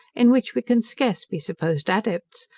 in which we can scarce be supposed adepts,